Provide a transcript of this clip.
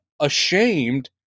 ashamed